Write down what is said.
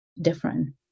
different